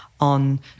on